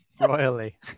royally